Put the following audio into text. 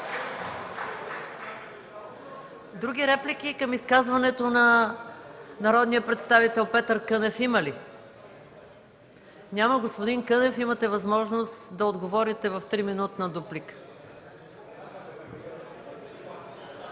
за реплика към изказването на народния представител Петър Кънев? Няма. Господин Кънев, имате възможност да отговорите в триминутна дуплика.